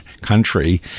country